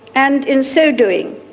and in so doing,